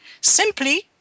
Simply